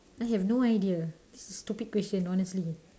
I have no idea this is stupid question honestly